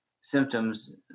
symptoms